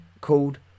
called